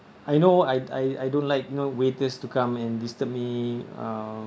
I know I I don't like you know waiters to come and disturb me uh